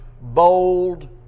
bold